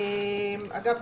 אגב,